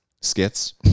skits